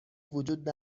وجود